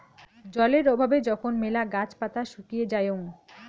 জলের অভাবে যখন মেলা গাছ পাতা শুকিয়ে যায়ং